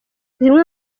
zimwe